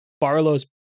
Barlow's